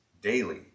daily